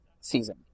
season